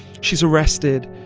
she's arrested.